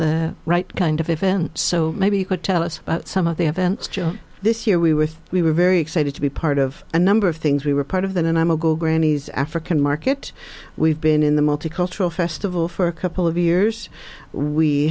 table right kind of event so maybe you could tell us about some of the events this year we with we were very excited to be part of a number of things we were part of that and i'm a go grannies african market we've been in the multicultural festival for a couple of years we